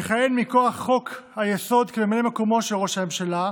יכהן מכוח חוק-היסוד כממלא מקומו של ראש הממשלה,